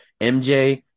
MJ